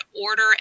order